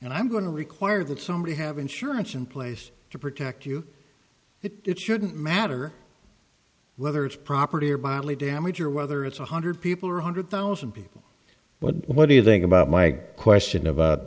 and i'm going to require that somebody have insurance in place to protect you it shouldn't matter whether it's property or bodily damage or whether it's one hundred people or a hundred thousand people what do you think about my question about